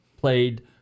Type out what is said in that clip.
played